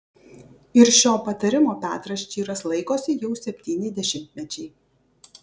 ir šio patarimo petras čyras laikosi jau septyni dešimtmečiai